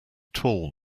tall